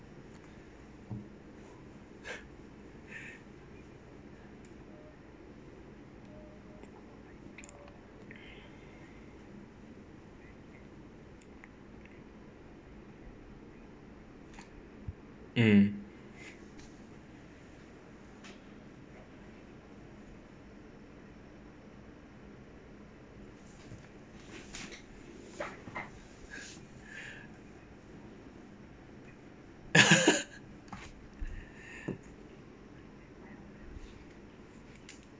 mm